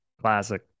Classic